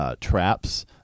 traps